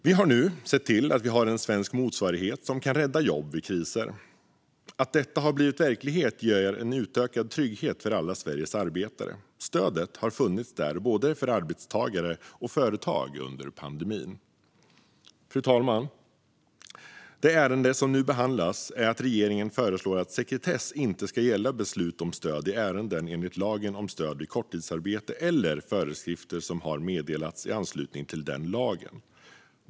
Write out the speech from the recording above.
Vi har nu sett till att det finns en svensk motsvarighet som kan rädda jobb vid kriser. Att detta har blivit verklighet ger en utökad trygghet för alla Sveriges arbetare. Stödet har funnits där både för arbetstagare och företag under pandemin. Fru talman! Det ärende som nu behandlas innebär att regeringen föreslår att sekretess inte ska gälla beslut om stöd i ärenden enligt lagen om stöd vid korttidsarbete eller föreskrifter som har meddelats i anslutning till den lagen.